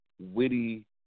witty